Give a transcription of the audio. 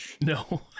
No